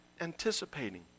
anticipating